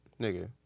nigga